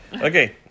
Okay